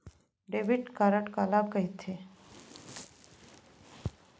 Debit card काला कहिथे?